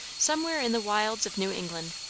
somewhere in the wilds of new england.